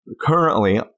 Currently